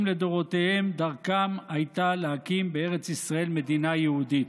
לדורותיהם דרכם הייתה להקים בארץ ישראל מדינה יהודית.